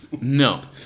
No